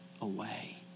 away